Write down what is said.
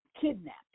kidnapped